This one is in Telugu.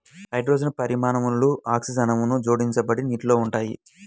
హైడ్రోజన్ పరమాణువులు ఆక్సిజన్ అణువుకు జోడించబడి నీటిలో ఉంటాయి